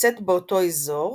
שנמצאת באותו האזור,